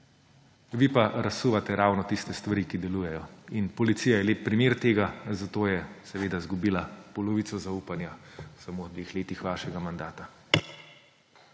Vi pa razsuvate ravno tiste stvari, ki delujejo. In policija je lep primer tega, zato je izgubila polovico zaupanja samo v dveh letih vašega mandata.